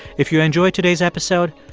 if you enjoy today's episode,